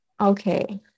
Okay